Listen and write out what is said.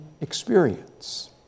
experience